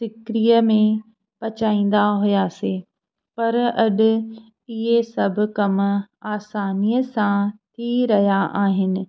सिगरीअ में पचाईंदा हुयासीं पर अॼु इहे सभु कम आसानीअ सां थी रहिया आहिनि